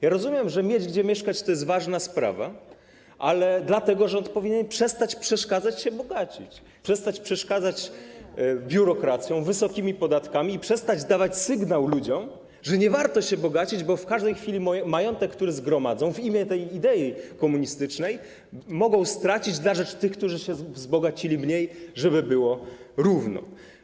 Ja rozumiem, że mieć gdzie mieszkać to jest ważna sprawa, ale dlatego rząd powinien przestać przeszkadzać się bogacić, przestać przeszkadzać biurokracją, wysokimi podatkami i przestać dawać sygnał ludziom, że nie warto się bogacić, bo w każdej chwili majątek, który zgromadzą, w imię tej idei komunistycznej mogą stracić na rzecz tych, którzy się wzbogacili mniej, żeby było równo.